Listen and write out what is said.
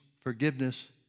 forgiveness